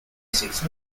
six